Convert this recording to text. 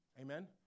Amen